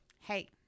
hey